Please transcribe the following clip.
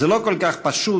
/ זה לא כל כך פשוט,